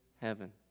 heaven